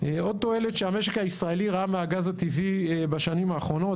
עוד תועלת שהמשק הישראלי ראה מהגז הטבעי בשנים האחרונות